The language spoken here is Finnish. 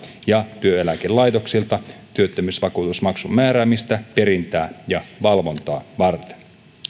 ja työeläkelaitoksilta työttömyysvakuutusmaksun määräämistä perintää ja valvontaa varten